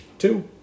two